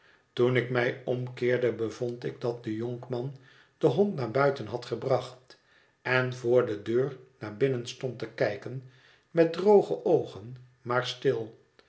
toen ik mij omkeerde bevond ik dat de jonkman den hond naar buiten had gebracht en voor de deur naar binnen stond te kijken met droge oogen maar stil